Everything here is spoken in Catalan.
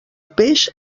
peix